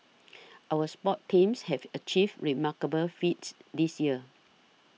our sports teams have achieved remarkable feats this year